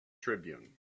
tribune